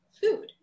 food